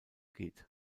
geht